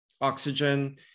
oxygen